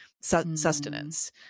sustenance